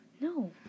No